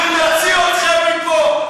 אנחנו נוציא אתכם מפה.